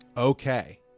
Okay